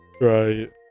Right